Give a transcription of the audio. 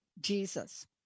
Jesus